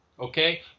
okay